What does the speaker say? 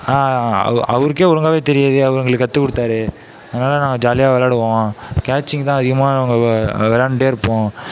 அவருக்கே ஒழுங்காகவே தெரியாது அவர் எங்களுக்கு கத்து கொடுத்தாரு அதனால் நாங்கள் ஜாலியாக விளையாடுவோம் கேட்சிங் தான் அதிகமாக நாங்கள் விளையாண்டுட்டே இருப்போம்